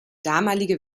damalige